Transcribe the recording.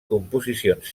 composicions